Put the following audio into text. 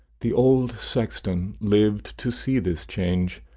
the old sexton lived to see this change,